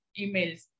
emails